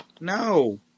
no